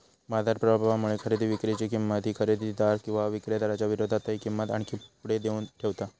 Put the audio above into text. बाजार प्रभावामुळे खरेदी विक्री ची किंमत ही खरेदीदार किंवा विक्रीदाराच्या विरोधातही किंमत आणखी पुढे नेऊन ठेवता